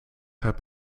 heb